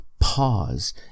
Pause